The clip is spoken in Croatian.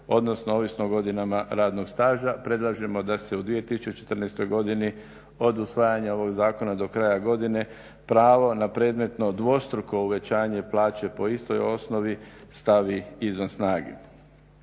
odnosno ovisno o godinama radnog staža. Predlažemo da se u 2014. godini od usvajanja ovog zakona do kraja godine pravo na predmetno dvostruko uvećanje plaće po istoj osnovi stavi izvan snage.